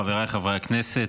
חבריי חברי הכנסת,